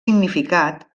significat